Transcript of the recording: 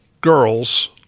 girls